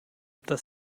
das